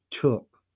took